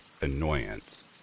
annoyance